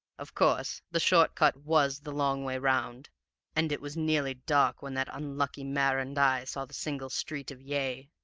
of course, the short cut was the long way round and it was nearly dark when that unlucky mare and i saw the single street of yea.